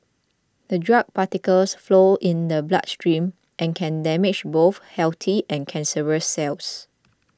the drug particles flow in the bloodstream and can damage both healthy and cancerous cells